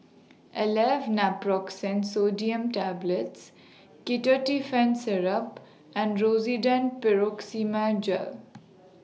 Aleve Naproxen Sodium Tablets Ketotifen Syrup and Rosiden Piroxicam Gel